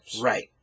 Right